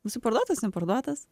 jisai parduotas neparduotas